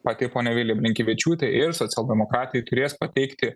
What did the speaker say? pati ponia vilija blinkevičiūtė ir socialdemokratai turės pateikti